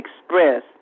express